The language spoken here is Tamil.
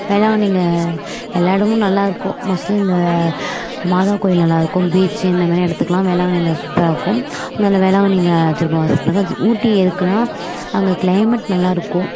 வேளாங்கண்ணியில எல்லா இடமும் நல்லா இருக்கும் மோஸ்ட்லி இந்த மாதா கோயில் நல்லா இருக்கும் பீச் இந்த மாதிரி இடத்துக்குலாம் வேளாங்கண்ணியில சூப்பராக இருக்கும் அதனால வேளாங்கண்ணியில அழைச்சிட்டு போக ஆசைப்ட்டுருக்கேன் ஊட்டி எதுக்குனால் அங்கே கிளைமேட் நல்லா இருக்கும்